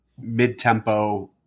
mid-tempo